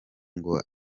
ngo